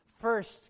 first